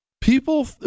People